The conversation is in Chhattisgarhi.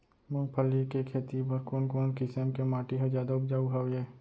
मूंगफली के खेती बर कोन कोन किसम के माटी ह जादा उपजाऊ हवये?